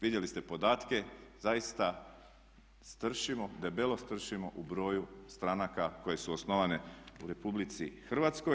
Vidjeli ste podatke, zaista stršimo, debelo stršimo u broju stranaka koje su osnovane u RH.